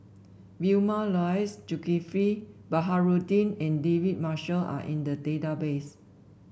Vilma Laus Zulkifli Baharudin and David Marshall are in the database